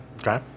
Okay